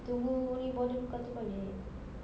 tunggu ini border buka untuk balik